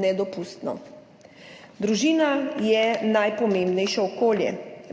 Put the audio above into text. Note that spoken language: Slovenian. nedopustno. Družina je najpomembnejše okolje,